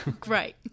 great